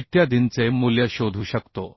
इत्यादींचे मूल्य शोधू शकतो